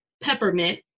peppermint